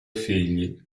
figli